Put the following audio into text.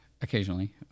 Occasionally